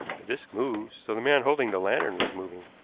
the disk moved, so the man holding the lantern was moving.